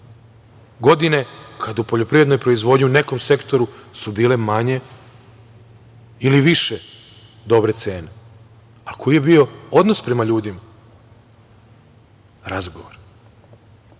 godine kada u poljoprivrednoj proizvodnji u nekom sektoru su bile manje ili više dobre cene. A koji je bio odnos prema ljudima? Razgovor.